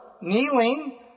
kneeling